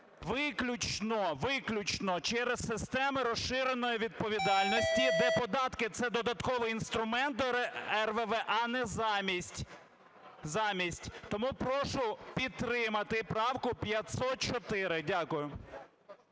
якою РВВ виключно через системи розширеної відповідальності, де податки – це додатковий інструмент до РВВ, а не замість. Тому прошу підтримати правку 504. Дякую.